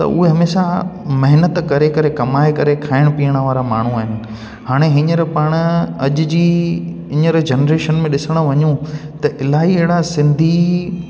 त उहे हमेशा महिनत करे करे कमाए करे खाइणु पियणु वारा माण्हू आहिनि हाणे हींअर पाण अॼु जी हींअर जनरेशन में ॾिसणु वञू त इलाही अहिड़ा सिंधी